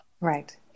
Right